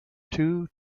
two